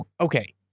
Okay